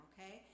Okay